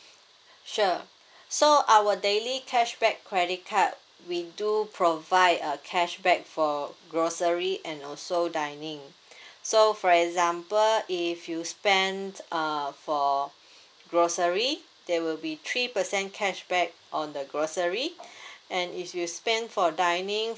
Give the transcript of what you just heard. sure so our daily cashback credit card we do provide a cashback for grocery and also dining so for example if you spent err for grocery there will be three percent cashback on the grocery and if you spend for dining